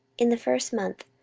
in the first month,